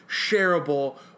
shareable